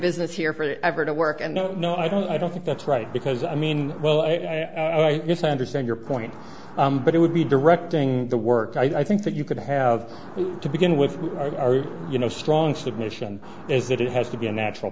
business here for ever to work and no no i don't i don't think that's right because i mean well if i understand your point but it would be directing the work i think that you could have to begin with or you know strong submission is that it has to be an actual